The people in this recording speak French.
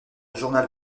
journal